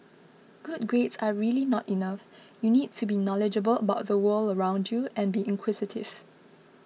good grades are really not enough you need to be knowledgeable about the world around you and be inquisitive